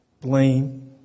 blame